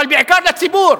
אבל בעיקר לציבור,